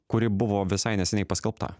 kuri buvo visai neseniai paskelbta